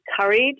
courage